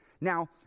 Now